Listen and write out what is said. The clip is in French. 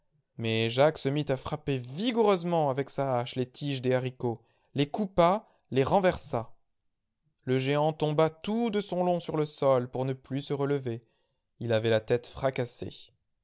mais jacques se mit à frapper vigoureusement avec sa hache les tiges des haricots les coupa les renversa le géant tomba tout de son long sur le sol pour ne plus se relever il avait la tête fracassée